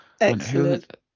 Excellent